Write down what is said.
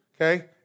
okay